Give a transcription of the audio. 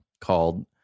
called